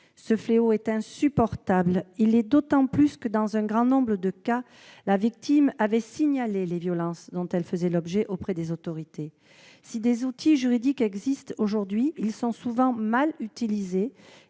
Ce fléau est insupportable, d'autant plus que, dans un grand nombre de cas, la victime avait signalé les violences dont elle faisait l'objet auprès des autorités. Si des outils juridiques existent aujourd'hui, ils sont souvent mal utilisés.